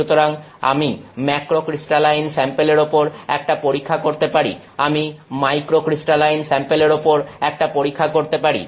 সুতরাং আমি ম্যাক্রোক্রিস্টালাইন স্যাম্পেলের ওপর একটা পরীক্ষা করতে পারি আমি মাইক্রোক্রিস্টালাইন স্যাম্পেলের ওপর একটা পরীক্ষা করতে পারি